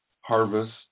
harvest